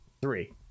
Three